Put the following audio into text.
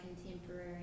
contemporary